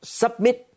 submit